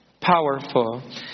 powerful